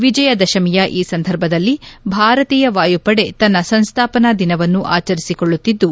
ವಿಜಯದಶಮಿಯ ಈ ಸಂದರ್ಭದಲ್ಲಿ ಭಾರತೀಯ ವಾಯುಪಡೆ ತನ್ನ ಸಂಸ್ಥಾಪನಾ ದಿನವನ್ನು ಆಚರಿಸಿಕೊಳ್ಳುತ್ತಿದ್ದು